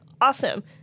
Awesome